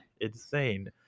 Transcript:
insane